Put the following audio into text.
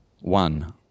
one